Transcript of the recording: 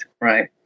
right